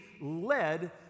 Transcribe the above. led